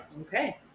Okay